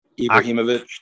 Ibrahimovic